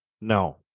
No